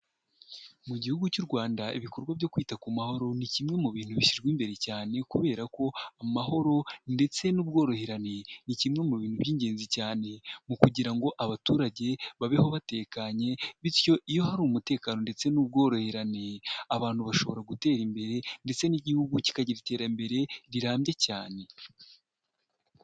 Mu gihugu cy'u Rwanda ibikorwa byo kwita ku mahoro, ni kimwe mu bintu bishyizwe imbere cyane kubera ko amahoro ndetse n'ubworoherane ni kimwe mu bintu by'ingenzi cyane, mu kugira ngo abaturage babeho batekanye. Bityo iyo hari umutekano ndetse n'ubworoherane, abantu bashobora gutera imbere; ndetse n'igihugu kikagira iterambere rirambye cyane.